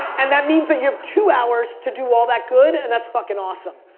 and that means that you have two hours to do all that good, and that's fuckin' awesome,